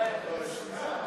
5), התשע"ו 2016,